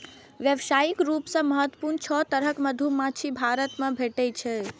व्यावसायिक रूप सं महत्वपूर्ण छह तरहक मधुमाछी भारत मे भेटै छै